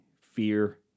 fear